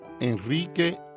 Enrique